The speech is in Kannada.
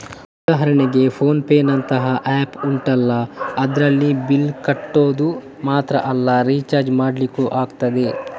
ಉದಾಹರಣೆಗೆ ಫೋನ್ ಪೇನಂತಹ ಆಪ್ ಉಂಟಲ್ಲ ಅದ್ರಲ್ಲಿ ಬಿಲ್ಲ್ ಕಟ್ಟೋದು ಮಾತ್ರ ಅಲ್ಲ ರಿಚಾರ್ಜ್ ಮಾಡ್ಲಿಕ್ಕೂ ಆಗ್ತದೆ